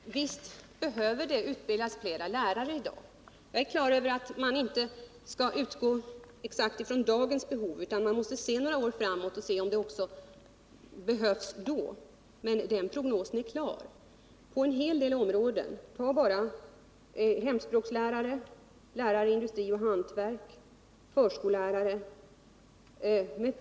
Herr talman! Visst behöver det utbildas fler lärare i dag. Jag är på det klara med att man inte bara skall utgå från dagens behov utan också se några år framåt och försöka avgöra om lärarna behövs även då. Prognosen är emellertid klar på en del håll. Det gäller t.ex. hemspråkslärare, lärare inom industri och hantverk samt förskollärare.